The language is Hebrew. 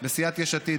סיעת יש עתיד,